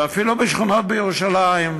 ואפילו בשכונות בירושלים,